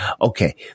okay